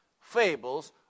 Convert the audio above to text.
fables